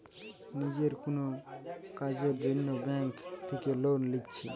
নিজের কুনো কাজের জন্যে ব্যাংক থিকে লোন লিচ্ছে